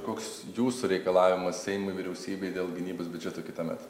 koks jūsų reikalavimas seimui vyriausybei dėl gynybos biudžeto kitąmet